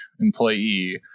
employee